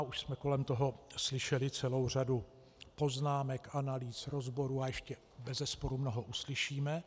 Už jsme kolem toho slyšeli celou řadu poznámek, analýz, rozborů a ještě bezesporu mnoho uslyšíme.